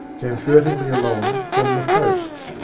came furtively along from the posts,